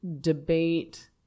debate